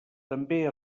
també